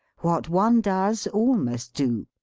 what one does all must do.